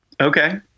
Okay